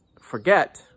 forget